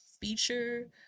feature